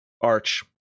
arch